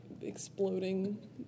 exploding